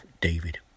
David